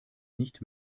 nicht